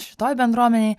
šitoj bendruomenėj